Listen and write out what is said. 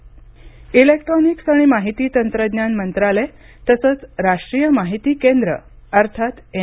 Ravishankar Prasad electronics आणि माहिती तंत्रज्ञान मंत्रालय तसंच राष्ट्रीय माहिती केंद्र अर्थात एन